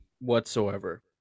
whatsoever